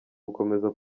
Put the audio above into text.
gukomeza